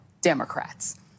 Democrats